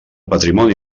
patrimoni